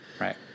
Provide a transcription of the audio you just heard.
Right